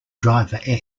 driver